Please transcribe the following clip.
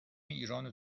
ایرانو